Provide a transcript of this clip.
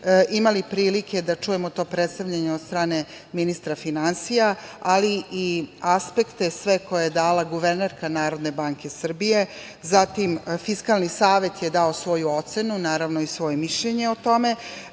imali prilike da čujemo to predstavljanje, od strane ministra finansija, ali i aspekte sve koje je dala guvernerka NBS, zatim Fiskalni savet je dao svoju ocenu, naravno i svoje mišljenje o tome.